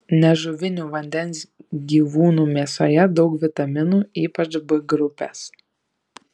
nežuvinių vandens gyvūnų mėsoje daug vitaminų ypač b grupės